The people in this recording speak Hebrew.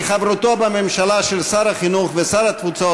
כי חברותו בממשלה של שר החינוך ושר התפוצות